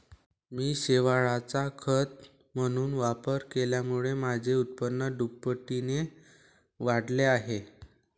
मी शेवाळाचा खत म्हणून वापर केल्यामुळे माझे उत्पन्न दुपटीने वाढले आहे